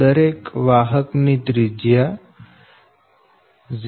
દરેક વાહક ની ત્રિજ્યા 0